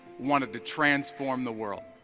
wanted to transform the world